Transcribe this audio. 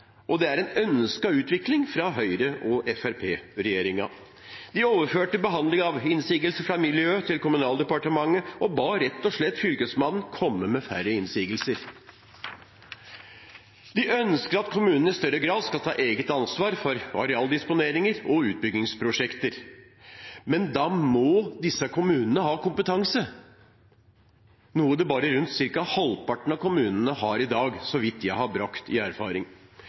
fram. Dette er en ønsket utvikling fra Høyre–Fremskrittsparti-regjeringen. De overførte behandlingen av innsigelser fra Miljø- til Kommunaldepartementet og ba rett og slett Fylkesmannen om å komme med færre innsigelser. De ønsker at kommunene i større grad skal ta eget ansvar for arealdisponeringer og utbyggingsprosjekter. Men da må disse kommunene ha kompetanse, noe bare rundt halvparten av kommunene har i dag, så vidt jeg har brakt i erfaring.